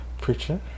Preacher